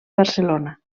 barcelona